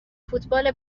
فوتبال